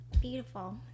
beautiful